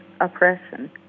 oppression